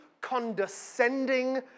condescending